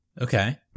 Okay